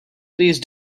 please